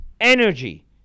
energy